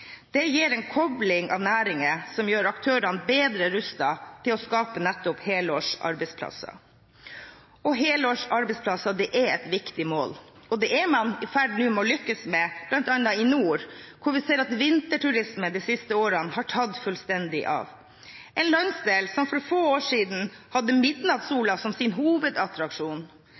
Det gir en kobling av næringer som gjør aktørene bedre rustet til å skape nettopp helårs arbeidsplasser. Og helårs arbeidsplasser er et viktig mål. Det er man nå i ferd med å lykkes med bl.a. i nord, hvor vi ser at vinterturisme de siste årene har tatt fullstendig av – en landsdel som for få år siden hadde midnattssola som sin hovedattraksjon.